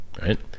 right